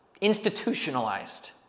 institutionalized